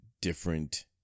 different